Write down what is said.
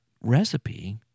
recipe